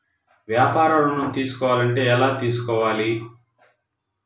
వ్యాపార ఋణం తీసుకోవాలంటే ఎలా తీసుకోవాలా?